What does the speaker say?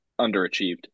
underachieved